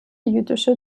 jüdische